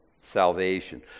salvation